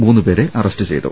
മൂന്നുപേരെ അറസ്റ്റ് ചെയ്തു